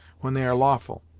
when they are lawful.